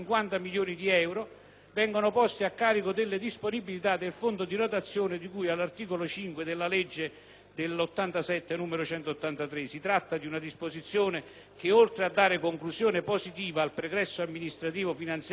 vengono posti a carico delle disponibilità del Fondo di rotazione di cui all'articolo 5 della legge n. 183 del 1987. Si tratta di una disposizione che oltre a dare conclusione positiva al pregresso amministrativo-finanziario della programmazione